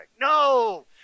No